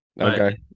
Okay